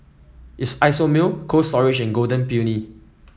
Isomil Cold Storage and Golden Peony